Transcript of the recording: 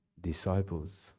disciples